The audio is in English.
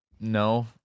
No